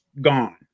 Gone